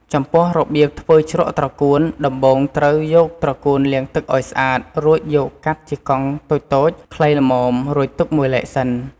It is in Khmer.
ចំពោះរបៀបធ្វើជ្រក់ត្រកួនដំបូងត្រូវយកត្រកួនលាងទឹកឱ្យស្អាតរួចយកកាត់ជាកង់តូចៗខ្លីល្មមរួចទុកមួយឡែកសិន។